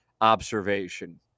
observation